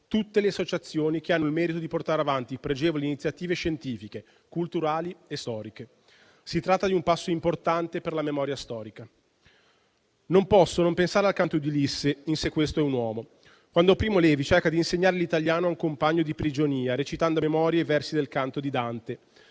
tutte le associazioni che hanno il merito di portare avanti pregevoli iniziative scientifiche, culturali e storiche. Si tratta di un passo importante per la memoria storica. Non posso non pensare al canto di Ulisse in «Se questo è un uomo», quando Primo Levi cerca di insegnare l'italiano a un compagno di prigionia recitando a memoria i versi del canto di Dante.